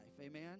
Amen